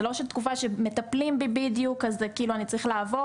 זה לא תקופה שמטפלים בי בדיוק אז אני צריך לעבור